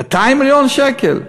200 מיליון שקל.